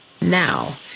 Now